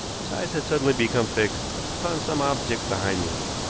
his eyes had suddenly become fixed upon some object behind me.